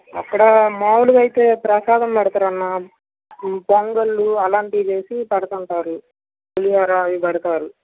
అక్కడ మామూలుగా అయితే ప్రసాదం పెడతారు అన్న పొంగల్లు అలాంటివి చేసి పెడుతుంటారు పులిహోర అవి పెడతారు